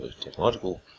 technological